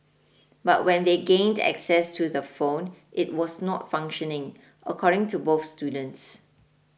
but when they gained access to the phone it was not functioning according to both students